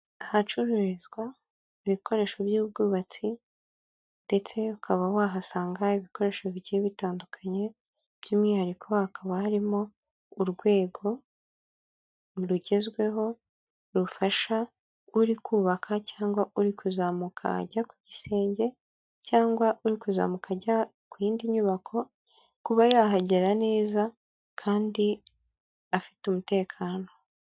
Ahacururizwa ibikoresho by'ubwubatsi ndetse ukaba wahasanga ibikoresho bigiye bitandukanye, by'umwihariko hakaba harimo urwego rugezweho rufasha uri kubaka cyangwa uri kuzamuka ajya ku gisenge cyangwa uri kuzamuka ajya ku yindi nyubako, kuba yahagera neza kandi afite umutekano.